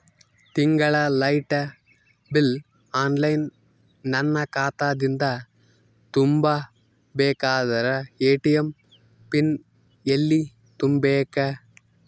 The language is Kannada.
ತಿಂಗಳ ಲೈಟ ಬಿಲ್ ಆನ್ಲೈನ್ ನನ್ನ ಖಾತಾ ದಿಂದ ತುಂಬಾ ಬೇಕಾದರ ಎ.ಟಿ.ಎಂ ಪಿನ್ ಎಲ್ಲಿ ತುಂಬೇಕ?